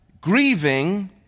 grieving